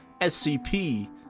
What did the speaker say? SCP